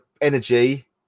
energy